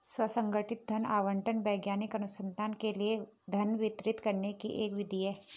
स्व संगठित धन आवंटन वैज्ञानिक अनुसंधान के लिए धन वितरित करने की एक विधि है